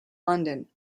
london